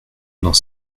dans